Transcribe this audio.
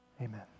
Amen